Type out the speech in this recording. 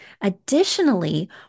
Additionally